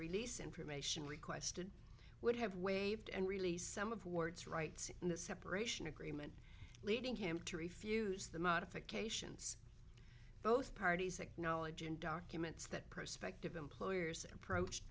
release information requested would have waived and release some of ward's rights in the separation agreement leading him to refuse the modifications both parties acknowledge and documents that prospective employers approached